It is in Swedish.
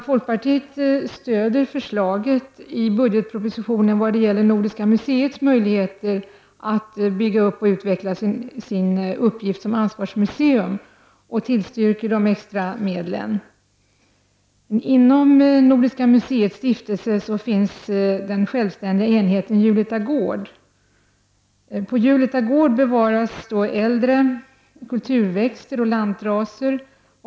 Folkpartiet stöder förslaget i budgetpropositionen vad gäller Nordiska museets möjligheter att bygga upp och utveckla sin uppgift som ansvarsmuseum och tillstyrker de extra medlen. Inom Nordiska museets stiftelse finns den självständiga enheten Julita gård. På Julita gård bevaras äldre kulturväxter och lantraser.